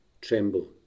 Tremble